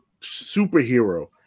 superhero